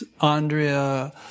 Andrea